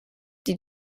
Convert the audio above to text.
die